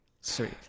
Sweet